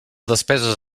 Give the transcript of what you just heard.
despeses